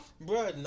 Bro